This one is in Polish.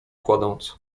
kładąc